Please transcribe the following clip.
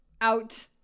out